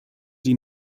die